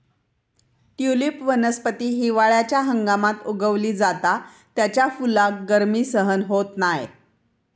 tulip वनस्पती हिवाळ्याच्या हंगामात उगवली जाता त्याच्या फुलाक गर्मी सहन होत नाय